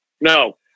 No